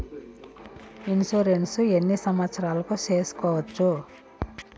Insurance ఎన్ని సంవత్సరాలకు సేసుకోవచ్చు?